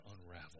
unravel